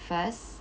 first